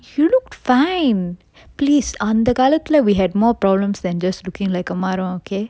you look fine please அந்த காலத்துல:antha kalathula we had more problems than just looking like a மரம்:maram okay